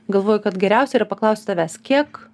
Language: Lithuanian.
galvoju kad geriausia yra paklausti tavęs kiek